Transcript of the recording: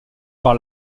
par